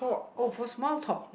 uh for small talk